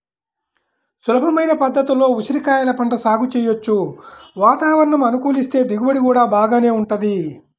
సులభమైన పద్ధతుల్లో ఉసిరికాయల పంట సాగు చెయ్యొచ్చు, వాతావరణం అనుకూలిస్తే దిగుబడి గూడా బాగానే వుంటది